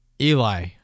Eli